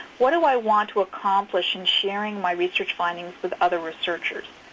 what do i want to accomplish in sharing my research findings with other researchers?